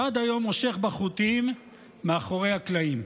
שעד היום מושך בחוטים מאחורי הקלעים,